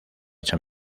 san